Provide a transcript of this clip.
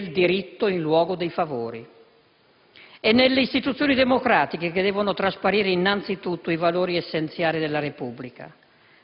del diritto in luogo dei favori. È nelle istituzioni democratiche che devono trasparire innanzitutto i valori essenziali della Repubblica,